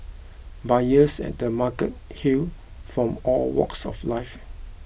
buyers at the markets hailed from all walks of life